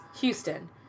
Houston